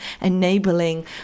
enabling